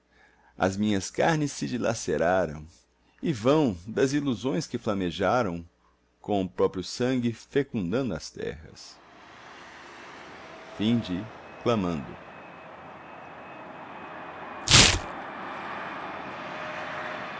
as minhas carnes se dilaceraram e vão das llusões que flamejaram com o próprio sangue fecundando as terras